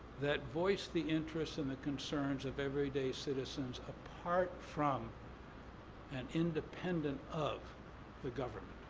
that voice the interest and the concerns of everyday citizens apart from and independent of the government.